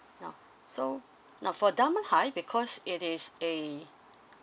now so now for dunman high because it is a